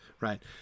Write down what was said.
right